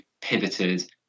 pivoted